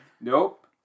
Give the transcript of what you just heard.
Nope